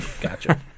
Gotcha